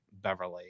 Beverly